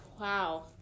wow